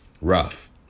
rough